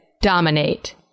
dominate